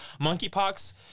monkeypox